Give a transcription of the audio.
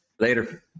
Later